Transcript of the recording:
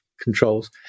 controls